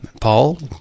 Paul